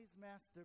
master